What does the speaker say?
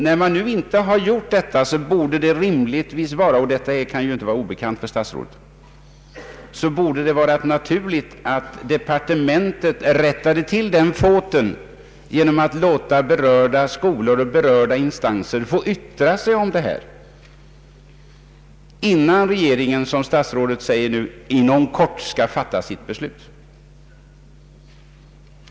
När man inte har gjort så, bordet det rimligtvis — detta kan ju inte vara obekant för statsrådet — vara naturligt att departementet rättade till den fåten genom att låta berörda skolor och instanser yttra sig innan regeringen, som statsrådet säger nu, inom kort skall fatta sitt beslut.